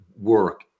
work